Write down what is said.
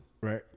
Right